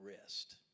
rest